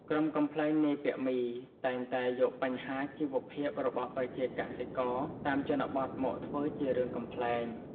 ក្រុមកំប្លែងនាយពាក់មី តែងតែយកបញ្ហាជីវភាពរបស់ប្រជាកសិករតាមជនបទមកធ្វើជារឿងកំប្លែង។